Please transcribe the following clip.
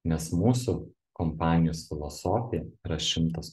nes mūsų kompanijos filosofija yra šimtas